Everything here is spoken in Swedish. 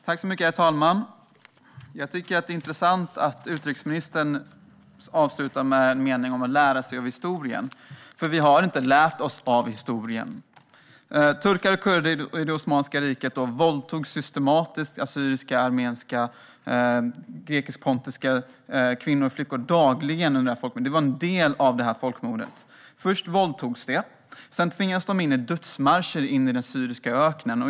Herr talman! Det är intressant att utrikesministern avslutar med en mening om att lära sig av historien. Vi har nämligen inte lärt oss av historien. Turkar och kurder i Osmanska riket våldtog systematiskt och dagligen assyriska, armeniska, pontisk-grekiska kvinnor och flickor under folkmordet. Det var en del av folkmordet. Först våldtogs de; sedan tvingades de ut på dödsmarscher i den syriska öknen.